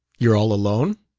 you're all alone?